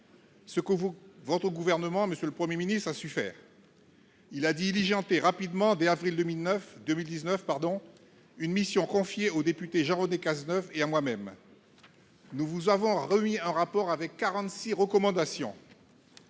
ce que votre gouvernement a su faire, monsieur le Premier ministre. En effet, celui-ci a diligenté rapidement, dès avril 2019, une mission confiée au député Jean-René Cazeneuve et à moi-même. Nous vous avons remis un rapport comportant 46 recommandations.